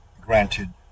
granted